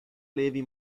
levi